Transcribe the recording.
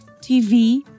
TV